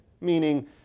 meaning